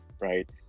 right